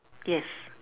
yes